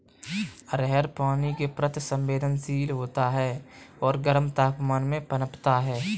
अरहर पानी के प्रति संवेदनशील होता है और गर्म तापमान में पनपता है